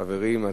חברים, הצבעה.